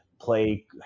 play